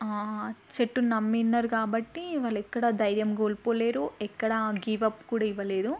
చెట్టుని నమ్మినారు కాబట్టి వాళ్ళు ఎక్కడ ధైర్యం కోల్పోలేరు ఎక్కడ గివ్ అప్ కూడా ఇవ్వలేదు